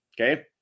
okay